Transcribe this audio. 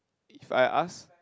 if I ask